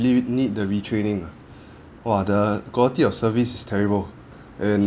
really need the retraining ah !wah! the quality of service is terrible and